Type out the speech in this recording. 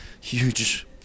huge